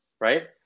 right